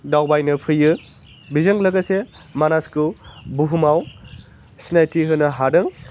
दावबायनो फैयो बेजों लोगोसे मानासखौ बुहुमाव सिनायथि होनो हादों